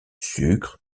sucre